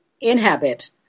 inhabit